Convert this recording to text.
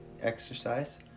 exercise